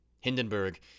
Hindenburg